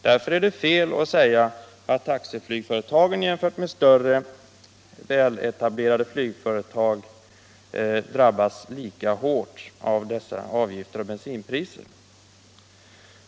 Därför är det fel att säga att taxiflygföretagen jämfört med större väletablerade flygföretag drabbas lika hårt av dessa avgifter och bensinpriser.